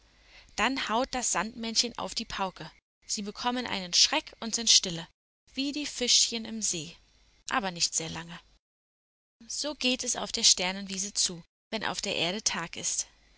dann haut das sandmännchen auf die pauke sie bekommen einen schreck und sind stille wie die fischchen im see aber nicht sehr lange so geht es auf der sternenwiese zu wenn auf der erde tag ist